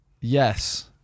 Yes